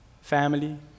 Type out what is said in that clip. Family